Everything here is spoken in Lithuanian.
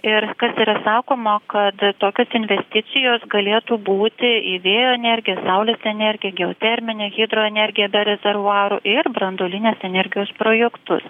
ir kas yra sakoma kad tokios investicijos galėtų būti į vėjo energiją saulės energiją geoterminę hidroenergiją be rezervuarų ir branduolinės energijos projektus